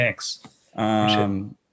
thanks